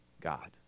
god